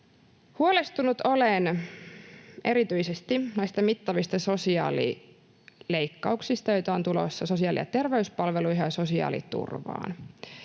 Huolestunut olen erityisesti näistä mittavista sosiaalileikkauksista, joita on tulossa sosiaali- ja terveyspalveluihin ja sosiaaliturvaan.